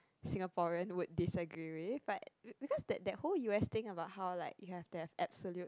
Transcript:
Singaporean would desegregate but because that that whole u_s think about how like you have their absolute